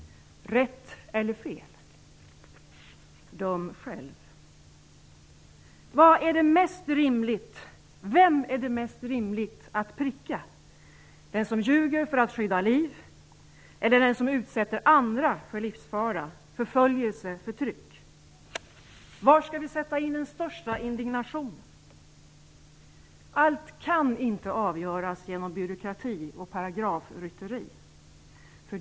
Rätt eller fel? Döm själv. Vad är mest rimligt? Vem är det mest rimligt att pricka: den som ljuger för att skydda liv eller den som utsätter andra för livsfara, förföljelse eller förtryck? Var skall vi sätta in den största indignationen? Allt kan inte avgöras genom byråkrati och paragrafrytteri.